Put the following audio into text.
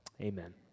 amen